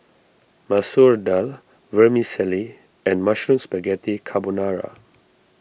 Masoor Dal Vermicelli and Mushroom Spaghetti Carbonara